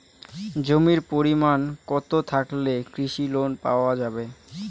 জমির পরিমাণ কতো থাকলে কৃষি লোন পাওয়া যাবে?